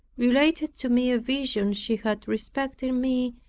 related to me a vision she had respecting me.